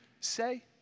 say